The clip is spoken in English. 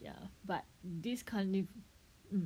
ya but this carni~